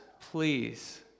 please